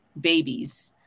babies